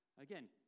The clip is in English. Again